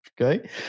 Okay